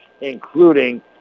including